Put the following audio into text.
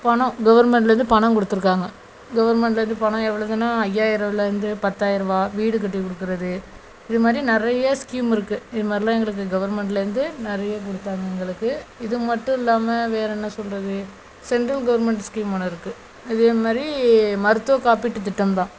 பணம் கவர்மெண்ட்லேந்து பணம் கொடுத்துருக்காங்க கவர்மெண்ட்லேந்து பணம் எவ்வளதுன்னா ஐயாயருபாலருந்து பத்தாயருபா வீடு கட்டி கொடுக்குறது இதுமாதிரி நிறைய ஸ்கீம் இருக்குது இதுமாதிரிலாம் எங்களுக்கு கவர்மெண்ட்லேந்து நிறைய கொடுத்தாங்க எங்களுக்கு இது மட்டும் இல்லாமல் வேறே என்ன சொல்கிறது சென்ட்ரல் கவர்மெண்ட் ஸ்கீம் ஒன்று இருக்குது இதேமாதிரி மருத்துவ காப்பீட்டு திட்டம் தான்